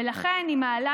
ולכן היא מעלה